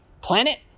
planet